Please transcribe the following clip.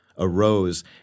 arose